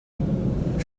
booked